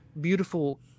beautiful